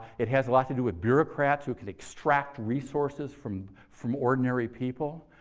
it has a lot to do with bureaucrats who could extract resources from from ordinary people.